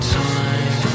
time